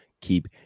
keep